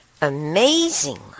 Amazingly